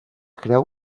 creu